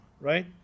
right